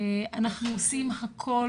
אנחנו עושים הכול,